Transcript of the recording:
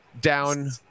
down